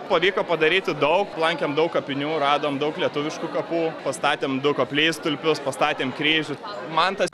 pavyko padaryti daug lankėm daug kapinių radom daug lietuviškų kapų pastatėm du koplytstulpius pastatėm kryžių mantas